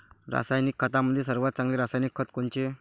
रासायनिक खतामंदी सर्वात चांगले रासायनिक खत कोनचे?